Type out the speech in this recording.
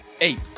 Eight